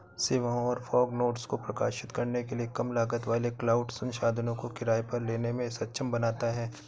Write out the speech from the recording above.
सेवाओं और fog nodes को प्रकाशित करने के लिए कम लागत वाले क्लाउड संसाधनों को किराए पर लेने में सक्षम बनाता है